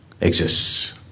exists